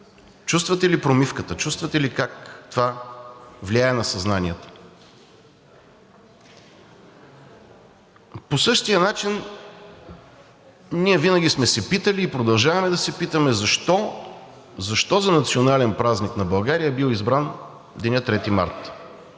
Чувствате ли промивката? Чувствате ли как това влияе на съзнанието? По същия начин ние винаги сме се питали и продължаваме да се питаме защо за национален празник на България е бил избран денят 3 март.